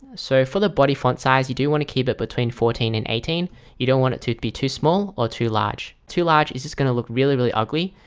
so for the body font size you do want to keep it between fourteen and eighteen you don't want it to be too small or too large too large is this gonna look really really ugly?